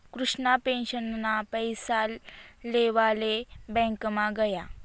कृष्णा पेंशनना पैसा लेवाले ब्यांकमा गया